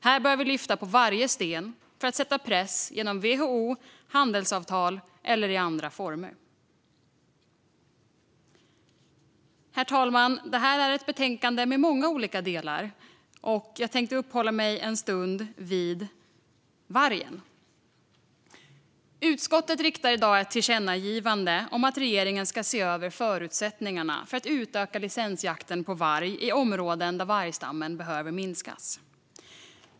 Här bör vi lyfta på varje sten för att sätta press genom WHO och handelsavtal eller i andra former. Herr talman! Det här är ett betänkande med många olika delar, och jag tänker uppehålla mig en stund vid vargen. Utskottet riktar i dag ett tillkännagivande om att regeringen ska se över förutsättningarna för att utöka licensjakten på varg i områden där vargstammen behöver minskas.